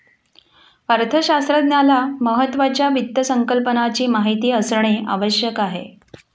अर्थशास्त्रज्ञाला महत्त्वाच्या वित्त संकल्पनाची माहिती असणे आवश्यक आहे